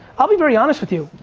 i'll be very honest with you.